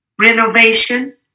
renovation